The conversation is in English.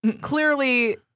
clearly